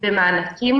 במענקים